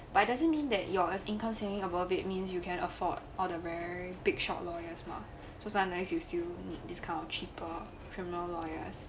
but it doesn't mean that your as income ceiling above it means you can afford whatever big shot lawyers mah so some of you still need this kind of cheaper criminal lawyers